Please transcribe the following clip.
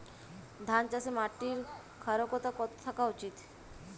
ধান চাষে মাটির ক্ষারকতা কত থাকা উচিৎ?